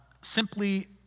Simply